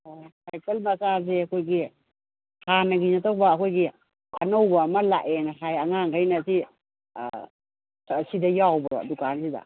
ꯑꯣ ꯁꯥꯏꯀꯜ ꯃꯆꯥꯁꯦ ꯑꯩꯈꯣꯏꯒꯤ ꯍꯥꯟꯅꯒꯤ ꯅꯠꯇꯕ ꯑꯩꯈꯣꯏꯒꯤ ꯑꯅꯧꯕ ꯑꯃ ꯂꯥꯛꯑꯦ ꯉꯁꯥꯏ ꯑꯉꯥꯡꯈꯩꯅꯗꯤ ꯁꯤꯗ ꯌꯥꯎꯕ꯭ꯔꯣ ꯗꯨꯀꯥꯟꯁꯤꯗ